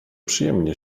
przyjemnie